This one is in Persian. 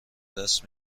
دست